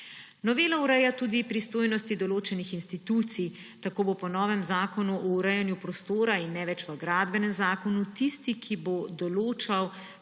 Novela ureja tudi pristojnosti določenih institucij. Tako bo po novem v zakonu o urejanju prostora in ne več v gradbenem zakonu tisti, ki bo določal pristojno